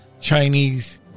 Chinese